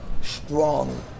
strong